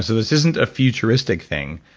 so this isn't a futuristic thing.